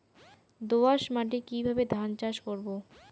দোয়াস মাটি কিভাবে ধান চাষ করব?